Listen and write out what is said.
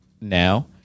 now